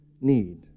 need